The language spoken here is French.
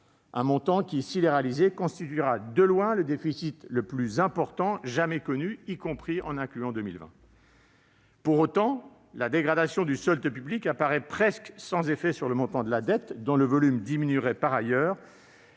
Ce montant, s'il est effectif, constituera de loin le déficit budgétaire le plus important jamais connu, y compris en incluant 2020. Pour autant, la dégradation du solde public apparaît presque sans effet sur le montant de la dette, dont le volume diminuerait par ailleurs,